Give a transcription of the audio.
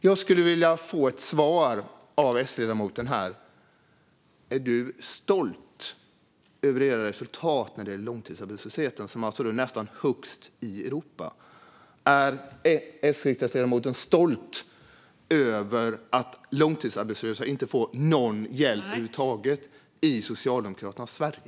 Jag skulle vilja få ett svar från S-ledamoten. Är du stolt över era resultat när det gäller långtidsarbetslösheten, som alltså nästan är högst i Europa? Är S-ledamoten stolt över att långtidsarbetslösa inte får någon hjälp över huvud taget i Socialdemokraternas Sverige?